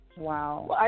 Wow